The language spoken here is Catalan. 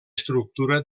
estructura